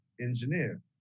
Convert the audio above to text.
engineer